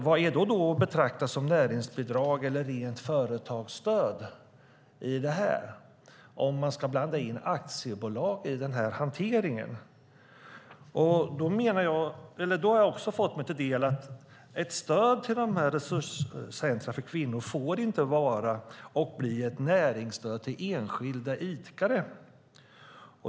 Vad är då att betrakta som näringsbidrag eller rent företagsstöd i det här sammanhanget om man ska blanda in aktiebolag i den här hanteringen? Jag har också fått mig till del att ett stöd till de här resurscentrumen för kvinnor inte får vara eller bli ett näringsstöd till enskilda idkare.